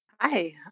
Hi